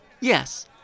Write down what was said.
Yes